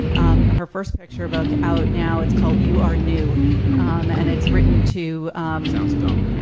um her first picture book out. now it's called you are new um and it's written to sounds dumb